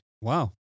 Wow